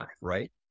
right